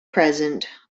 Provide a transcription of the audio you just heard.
present